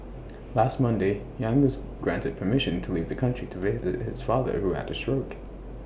last Monday yang was granted permission to leave the country to visit his father who had A stroke